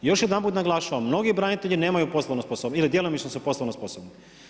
Još jedanput naglašavam, mnogi branitelji nemaju poslovnu sposobnost, ili djelomično su poslovno sposobni.